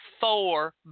Four